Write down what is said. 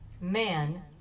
Man